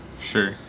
Sure